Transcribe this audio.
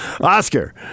Oscar